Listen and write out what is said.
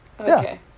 Okay